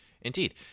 indeed